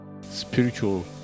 spiritual